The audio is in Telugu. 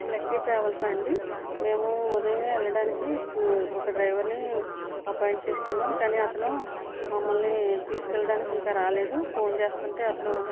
లక్కీ ట్రావెల్సా అండి మేము ఉదయమే వెళ్ళడానికి ఒక డ్రైవర్ని అపాయింట్ చేసుకున్నాము కానీ అతను మమ్మల్ని తీసుకెళ్ళడానికి ఇంకా రాలేదు ఫోన్ చేస్తుంటే అతను